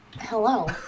Hello